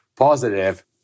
positive